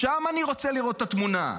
שם אני רוצה לראות את התמונה.